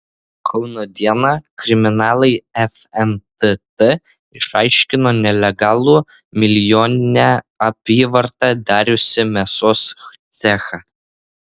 kauno diena kriminalai fntt išaiškino nelegalų milijoninę apyvartą dariusį mėsos cechą